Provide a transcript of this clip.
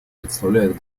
представляет